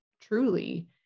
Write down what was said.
truly